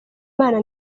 imana